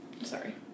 Sorry